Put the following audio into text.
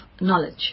knowledge